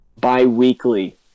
Bi-weekly